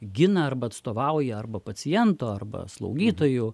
gina arba atstovauja arba paciento arba slaugytojų